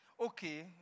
okay